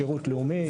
שירות לאומי.